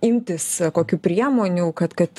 imtis kokių priemonių kad kad